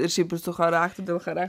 ir šiaip ir su charakteriu dėl chara